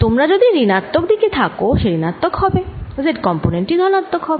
তোমরা যদি ঋণাত্মক দিকে থাকো সে ঋণাত্মক হবে z কম্পোনেন্ট টি ধনাত্মক হবে